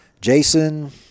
Jason